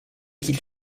qu’ils